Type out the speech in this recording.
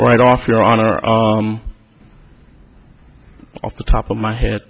right off your honor are off the top of my head